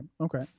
Okay